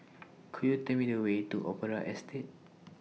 Could YOU Tell Me The Way to Opera Estate